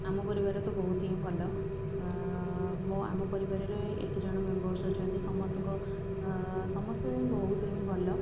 ଆମ ପରିବାର ତ ବହୁତ ହିଁ ଭଲ ମୋ ଆମ ପରିବାରରେ ଏତେ ଜଣ ମେମ୍ବର୍ସ ଅଛନ୍ତି ସମସ୍ତଙ୍କ ସମସ୍ତେ ବହୁତ ହିଁ ଭଲ